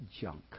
junk